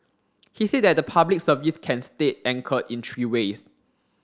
he said that the Public Service can stay anchored in three ways